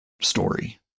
story